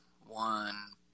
one